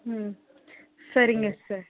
ம் சரிங்க சார்